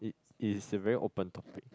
it is a very open topic